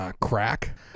crack